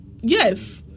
yes